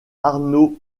arnaud